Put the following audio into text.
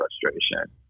frustration